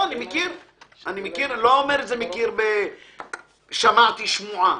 זה לא ששמעתי שמועה,